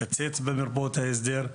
לקצץ במרפאות ההסדר.